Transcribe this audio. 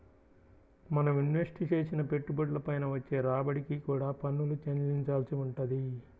మనం ఇన్వెస్ట్ చేసిన పెట్టుబడుల పైన వచ్చే రాబడికి కూడా పన్నులు చెల్లించాల్సి వుంటది